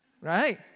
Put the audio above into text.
Right